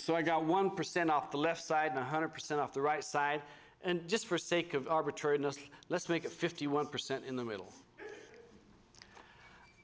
so i got one percent off the left side one hundred percent off the right side and just for sake of arbitrariness let's make it fifty one percent in the middle